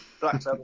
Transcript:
Black